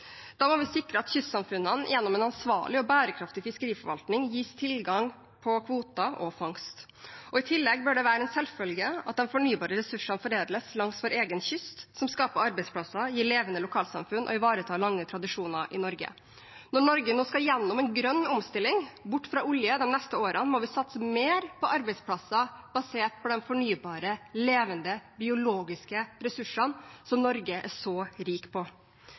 Da må vi sikre at kystsamfunnene gjennom en ansvarlig og bærekraftig fiskeriforvaltning gis tilgang på kvoter og fangst. I tillegg bør det være en selvfølge at de fornybare ressursene foredles langs vår egen kyst, noe som skaper arbeidsplasser, gir levende lokalsamfunn og ivaretar lange tradisjoner i Norge. Når Norge de neste årene skal gjennom en grønn omstilling, bort fra olje, må vi satse mer på arbeidsplasser basert på de fornybare, levende, biologiske ressursene som Norge er så rikt på,